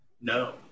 No